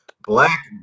black